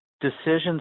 decisions